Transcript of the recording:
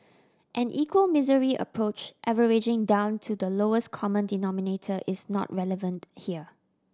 an equal misery approach averaging down to the lowest common denominator is not relevant here